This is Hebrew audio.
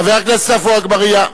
חבר הכנסת עפו אגבאריה.